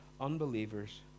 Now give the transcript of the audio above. unbelievers